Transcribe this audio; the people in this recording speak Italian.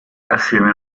assieme